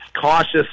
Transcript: cautious